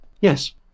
yes